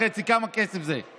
כמה כסף זה.